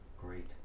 Great